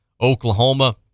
Oklahoma